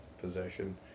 possession